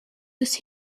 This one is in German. des